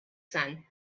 son